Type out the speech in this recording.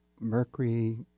Mercury